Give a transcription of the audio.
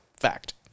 Fact